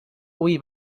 hui